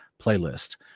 playlist